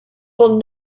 will